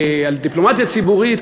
על דיפלומטיה ציבורית,